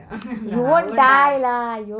you won't die lah !aiyo!